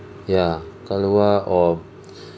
ya kahlua or